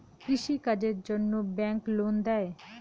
কৃষি কাজের জন্যে ব্যাংক লোন দেয়?